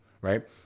right